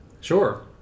Sure